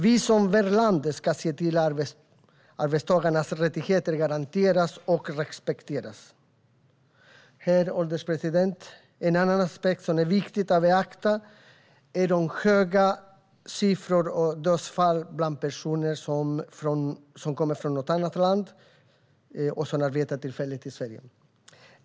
Vi som värdland ska se till att arbetstagarnas rättigheter garanteras och respekteras. Herr ålderspresident! En annan aspekt som är viktig att beakta är de höga siffrorna för dödsfall bland personer från ett annat land som arbetar tillfälligt i Sverige.